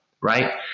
right